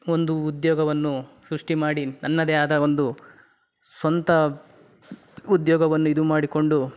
ಒಂದು ಉದ್ಯೋಗವನ್ನು ಸೃಷ್ಟಿ ಮಾಡಿ ನನ್ನದೇ ಆದ ಒಂದು ಸ್ವಂತ ಉದ್ಯೋಗವನ್ನು ಇದು ಮಾಡಿಕೊಂಡು